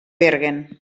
bergen